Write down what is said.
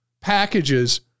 packages